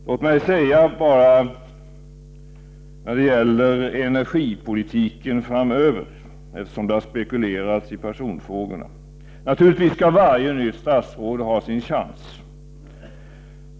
Låt mig med anledning av den framtida energipolitiken säga, eftersom det har spekulerats i personfrågorna, att varje nytt statsråd naturligtvis skall ha sin chans.